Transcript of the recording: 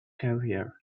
career